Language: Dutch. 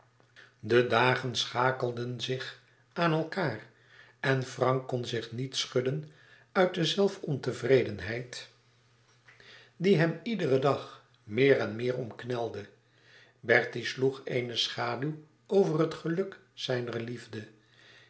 de dagen schakelden zich aan elkaâr en frank kon zich niet schudden uit de zelfontevredenheid die hem iederen dag meer en meer omknelde bertie sloeg eene schaduw over het geluk zijner liefde